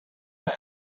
man